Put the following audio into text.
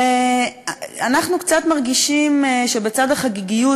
ואנחנו קצת מרגישים שהחגיגיות,